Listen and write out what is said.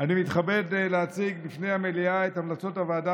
אני מתכבד להציג בפני המליאה את המלצות הוועדה